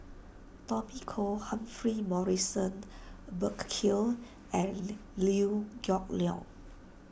Tommy Koh Humphrey Morrison Burkill and Liew Yiew Geok Leong